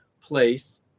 place